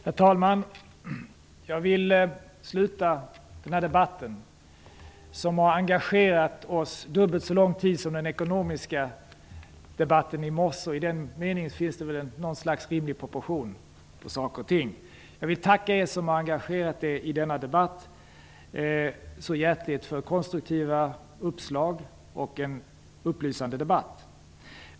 Herr talman! Jag vill avsluta den här debatten - som har engagerat oss dubbelt så lång tid som den ekonomiska debatten i morse gjorde, och i den meningen finns det väl ett slags rimlig proportion på saker och ting - med att hjärtligt tacka er som har engagerat er i denna debatt för konstruktiva uppslag och en upplysande debatt.